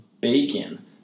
bacon